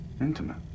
Intimate